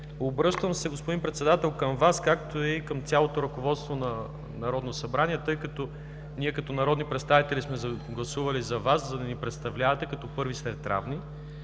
колеги! Господин председател, обръщам се към Вас, както и към цялото ръководство на Народното събрание, тъй като ние като народни представители сме гласували за Вас, за да ни представлявате като първи сред равни.